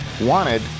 wanted